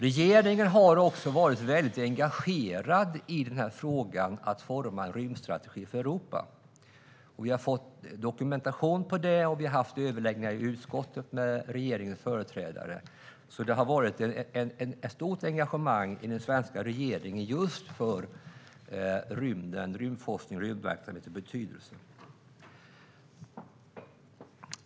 Regeringen har varit mycket engagerad i frågan om att forma en rymdstrategi för Europa. Vi har fått dokumentation på det och har haft överläggningar i utskottet med regeringens företrädare. Det har varit ett stort engagemang i den svenska regeringen just för rymdens, rymdforskningens och rymdverksamhetens betydelse.